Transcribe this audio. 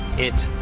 it